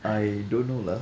I don't know lah